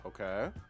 Okay